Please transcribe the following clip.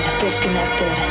disconnected